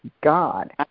God